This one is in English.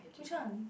which one